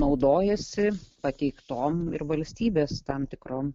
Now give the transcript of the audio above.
naudojasi pateiktom ir valstybės tam tikrom